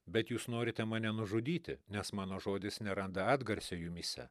bet jūs norite mane nužudyti nes mano žodis neranda atgarsio jumyse